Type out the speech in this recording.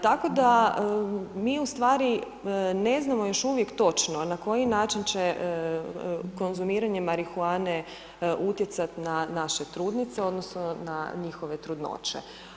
Tako da mi u stvari ne znamo još uvijek točno, na koji način će konzumiranje marihuane utjecati na naše trudnice odnosno na njihove trudnoće.